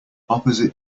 opposite